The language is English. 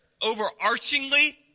Overarchingly